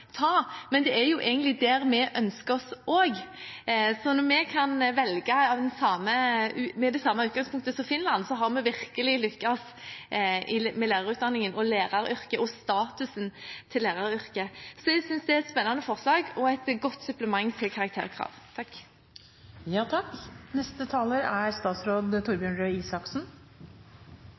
ta, men det er jo egentlig dit vi ønsker oss også. Når vi kan velge med det samme utgangpunktet som i Finland, har vi virkelig lyktes med lærerutdanningen, med læreryrket og med statusen til læreryrket. Så jeg synes det er et spennende forslag og et godt supplement til karakterkrav. Å ha karakterkrav til lærerutdanningen er